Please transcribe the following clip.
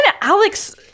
Alex